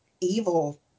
evil